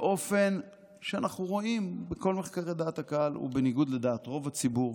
באופן שאנו רואים בכל מחקרי דעת הקהל שהוא בניגוד לדעת רוב הציבור,